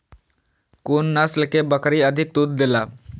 कुन नस्ल के बकरी अधिक दूध देला?